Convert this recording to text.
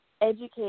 educate